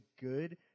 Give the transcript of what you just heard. good